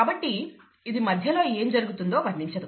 కాబట్టి ఇది మధ్యలో ఏం జరుగుతుందో వర్ణించదు